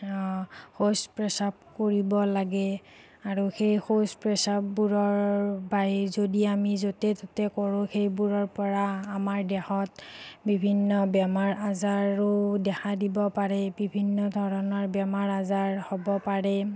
শৌচ প্ৰস্ৰাৱ কৰিব লাগে আৰু সেই শৌচ প্ৰস্ৰাৱবোৰৰ বাহিৰে আমি যদি য'তে ত'তে কৰোঁ সেইবোৰৰ পৰা আমাৰ দেহত বিভিন্ন বেমাৰ আজাৰো দেখা দিব পাৰে বিভিন্ন ধৰণৰ বেমাৰ আজাৰ হ'ব পাৰে